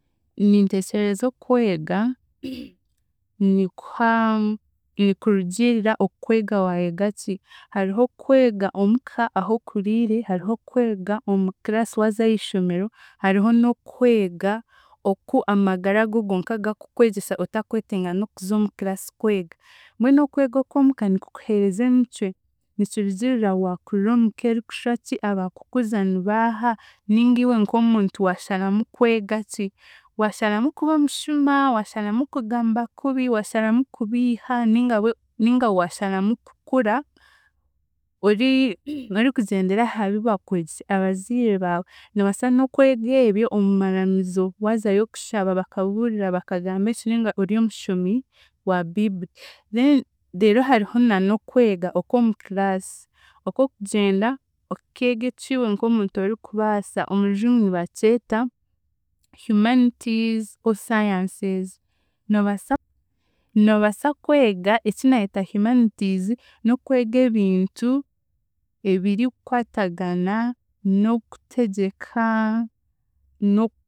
Ninteekyereza okwega nikuha, nikurugiirira okwega waayegaki. Hariho okwega omuka ahokuriire, hariho okwega omu class waaza ahiishomero, hariho n'okwega oku amagara gonka gakukwegyesa otakwetenga n'okuza omu class kwega, mbwenu okwega okw'omuka nikukuheereza emicwe, nikirugiirira waakurira omuka erikushwaki, abaakukuza ni baaha ninga iwe nk'omuntu waasharamu kwegaki; waasharamu kuba omushuma, waasharamu kugamba kubi, waasharamu kubiiha ninga bwe ninga waasharamu kukura ori- orikugyendera aha bi bakwegiise abaziire baawe, noobaasa n'okwega ebyo omu maramizo waaza yo kushaba bakabuurira bakagamba ki ori omushomi wa biiburi then reero hariho na n'okwga okw'omu class okw'okugyenda okeega eki iwe nk'omuntu orikubaasa omurujungu nibakyeta humanities or sciences. Noobaasa noobaasa kwega eki naayeta humanities n'okwega ebintu ebirikukwatagana n'okutegyeka n'ok